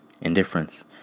indifference